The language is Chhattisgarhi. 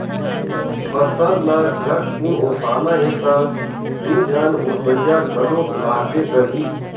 फसल ल झटकुन ओसाना हे त दू झन ओसइया घलोक लागबे करही